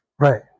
Right